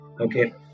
Okay